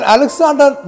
Alexander